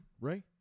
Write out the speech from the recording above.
Ray